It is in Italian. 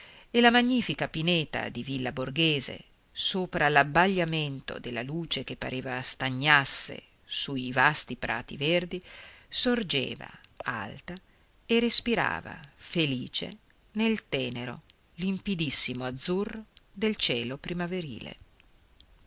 e la magnifica pineta di villa borghese sopra l'abbagliamento della luce che pareva stagnasse su i vasti prati verdi sorgeva alta e respirava felice nel tenero limpidissimo azzurro del cielo primaverile